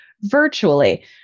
virtually